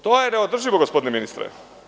To je neodrživo gospodine ministre.